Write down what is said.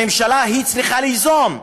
הממשלה צריכה ליזום,